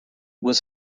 was